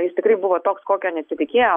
jis tikrai buvo toks kokio nesitikėjom